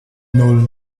nan